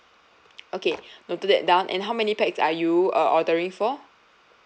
okay noted that down and how many pax are you uh ordering for